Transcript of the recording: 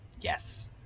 Yes